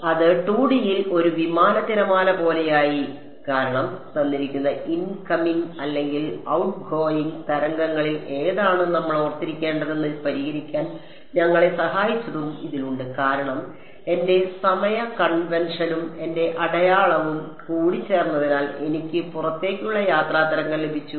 അത് 2 ഡിയിൽ ഒരു വിമാന തിരമാല പോലെയായി കാരണം ഇൻകമിംഗ് അല്ലെങ്കിൽ ഔട്ട്ഗോയിംഗ് തരംഗങ്ങളിൽ ഏതാണ് നമ്മൾ ഓർത്തിരിക്കേണ്ടതെന്ന് പരിഹരിക്കാൻ ഞങ്ങളെ സഹായിച്ചതും ഇതിലുണ്ട് കാരണം എന്റെ സമയ കൺവെൻഷനും എന്റെ അടയാളവും കൂടിച്ചേർന്നതിനാൽ എനിക്ക് പുറത്തേക്കുള്ള യാത്രാ തരംഗം ലഭിച്ചു